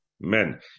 men